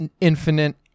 infinite